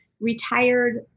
retired